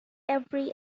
every